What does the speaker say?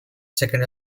second